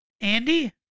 Andy